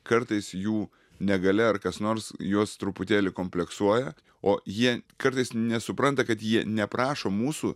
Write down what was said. kartais jų negalia ar kas nors juos truputėlį kompleksuoja o jie kartais nesupranta kad jie ne prašo mūsų